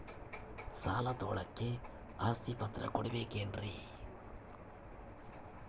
ಸಾಲ ತೋಳಕ್ಕೆ ಆಸ್ತಿ ಪತ್ರ ಕೊಡಬೇಕರಿ?